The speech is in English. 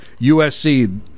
USC